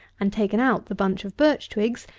and taken out the bunch of birch twigs,